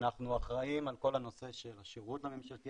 אנחנו אחראים על כל הנושא של השירות הממשלתי,